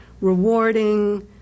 rewarding